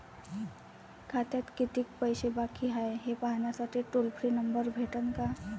खात्यात कितीकं पैसे बाकी हाय, हे पाहासाठी टोल फ्री नंबर भेटन का?